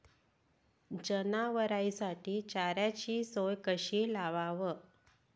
जनावराइसाठी चाऱ्याची सोय कशी लावाव?